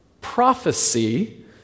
prophecy